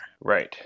Right